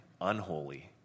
unholy